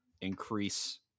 increase